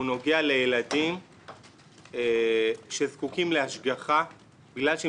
נוגע לילדים שזקוקים להשגחה בגלל שהם